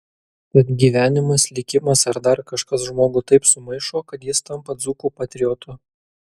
tad gyvenimas likimas ar dar kažkas žmogų taip sumaišo kad jis tampa dzūkų patriotu